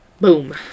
boom